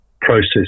process